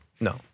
No